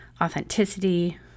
authenticity